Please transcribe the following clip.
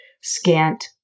scant